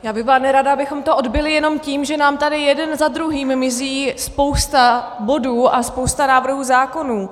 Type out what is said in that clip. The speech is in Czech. Já bych byla nerada, abychom to odbyli jenom tím, že nám tady jeden za druhým mizí spousta bodů a spousta návrhů zákonů.